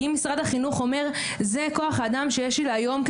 כשמשרד החינוך מציג בפנינו את כוח האדם כגננות שיש להם לאותו היום,